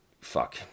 Fuck